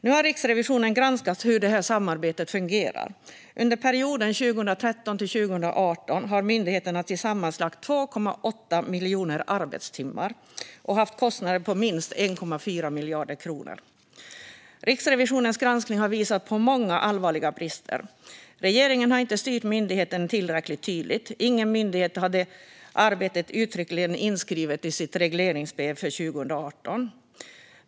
Nu har Riksrevisionen granskat hur detta samarbete fungerar. Under perioden 2013-2018 har myndigheterna tillsammans lagt ned 2,8 miljoner arbetstimmar och haft kostnader på minst 1,4 miljarder kronor. Riksrevisionens granskning har visat på många allvarliga brister. Regeringen har inte styrt myndigheterna tillräckligt tydligt. Ingen myndighet hade arbetet uttryckligen inskrivet i sitt regleringsbrev för 2018.